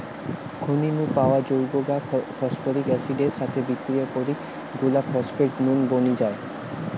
খনি নু পাওয়া যৌগ গা ফস্ফরিক অ্যাসিড এর সাথে বিক্রিয়া করিকি গুলা ফস্ফেট নুন বনি যায়